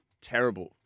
terrible